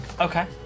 okay